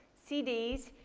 cds,